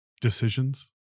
Decisions